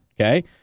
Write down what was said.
okay